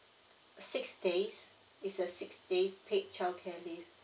six days it's a six days paid childcare leave